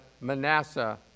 Manasseh